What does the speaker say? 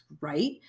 right